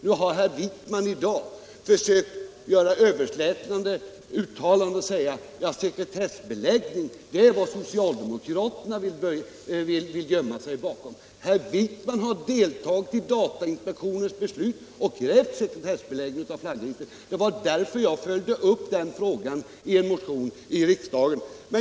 Nu har herr Wijkman i dag försökt att släta över och säga att sekretessbeläggningen är vad socialdemokraterna vill gömma sig bakom. Herr Wijkman har deltagit i datainspektionens beslut och krävt sekretessbeläggning av flaggregistret. Det var därför jag följde upp den frågan i en motion i riksdagen.